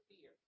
fear